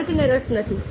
વર્ગને રસ નથી